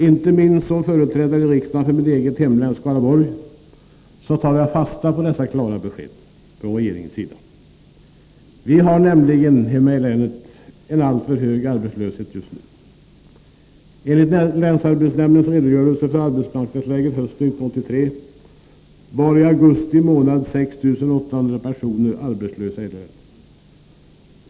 Inte minst som företrädare här i riksdagen för mitt hemlän Skaraborg tar jag fasta på dessa klara besked från regeringens sida. Vi har nämligen hemma i länet en alltför hög arbetslöshet just nu. Enligt länsarbetsnämndens redogörelse för arbetsmarknadsläget hösten 1983 var i augusti månad 6 800 personer arbetslösa i länet.